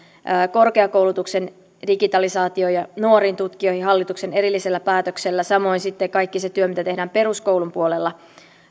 korkeakoulutuksen digitalisaatioon ja nuoriin tutkijoihin hallituksen erillisellä päätöksellä samoin sitten kaikki se työ mitä tehdään peruskoulun puolella